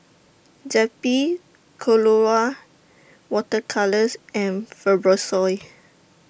Zappy Colora Water Colours and Fibrosol